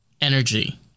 energy